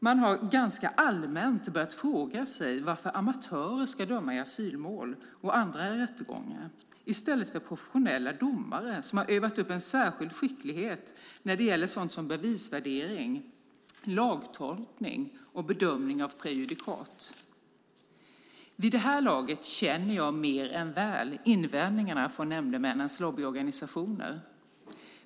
Man har ganska allmänt börjat fråga sig varför amatörer ska döma i asylmål och andra rättegångar i stället för professionella domare som har övat upp en särskild skicklighet när det gäller sådant som bevisvärdering, lagtolkning och bedömning av prejudikat. Vid det här laget kan jag mer än väl invändningarna från nämndemännens lobbyorganisationer.